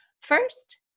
First